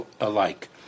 alike